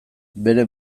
bere